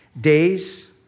Days